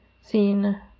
seen